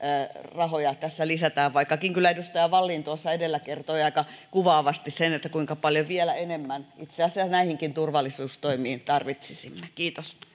rahoja tässä lisätään vaikkakin kyllä edustaja wallin edellä kertoi aika kuvaavasti sen kuinka paljon vielä enemmän itse asiassa näihinkin turvallisuustoimiin tarvitsisimme kiitos